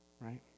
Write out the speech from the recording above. right